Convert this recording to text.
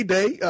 Day